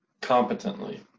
Competently